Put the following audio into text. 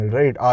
right